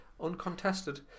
uncontested